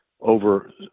over